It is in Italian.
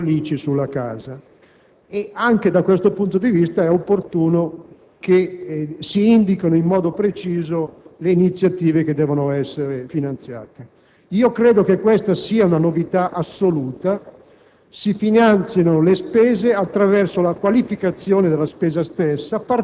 da tempo si discute della necessità di intervenire riducendo l'ICI sulla casa ed anche da questo punto di vista è opportuno che si indichino in modo preciso le iniziative che devono essere finanziate. Credo che questa sia una novità assoluta: